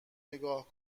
نگاه